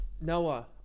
Noah